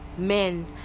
Men